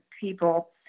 people